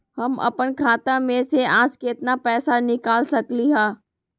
हम अपन खाता में से आज केतना पैसा निकाल सकलि ह?